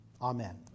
Amen